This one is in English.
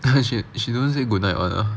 she she don't say good night [one] ah